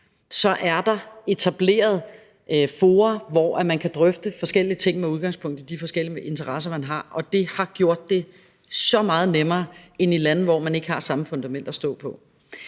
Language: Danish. så er der etableret fora, hvor man kan drøfte forskellige ting med udgangspunkt i de forskellige interesser, man har, og det har gjort det så meget nemmere end i lande, hvor man ikke har samme fundament at stå på.